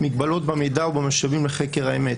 מגבלות במידע ובמשאבים לחקר האמת.